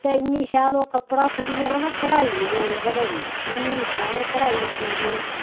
ते इनी शैल ओह् कपड़ा फट्टी जाना पर कढाई नेईं जानी कदें बी इन्नी शैल कढाई होंदी ही ओह्